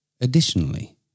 Additionally